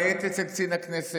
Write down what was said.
אני הייתי אצל קצין הכנסת,